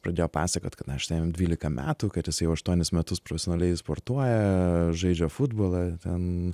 pradėjo pasakot kad na štai jam dvylika metų kad jisai jau aštuonis metus profesionaliai sportuoja žaidžia futbolą ten